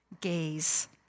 gaze